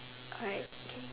alright okay